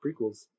prequels